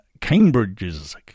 Cambridge's